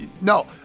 No